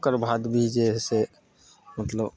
ओकर बाद भी जे हइ से मतलब